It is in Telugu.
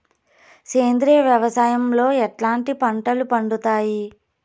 సేంద్రియ వ్యవసాయం లో ఎట్లాంటి పంటలు పండుతాయి